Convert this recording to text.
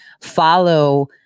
follow